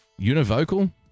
Univocal